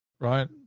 right